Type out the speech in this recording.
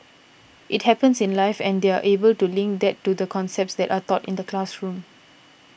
it happens in life and they're able to link that to the concepts that are taught in the classroom